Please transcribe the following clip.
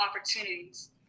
opportunities